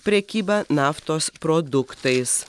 prekybą naftos produktais